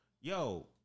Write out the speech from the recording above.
yo